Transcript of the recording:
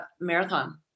marathon